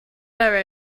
there